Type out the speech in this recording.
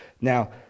Now